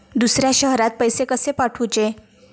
दुसऱ्या शहरात पैसे कसे पाठवूचे?